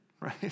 right